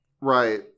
Right